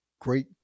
great